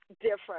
different